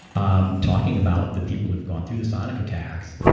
um talking about the people who have gone through the sonic attacks.